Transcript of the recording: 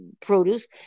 produce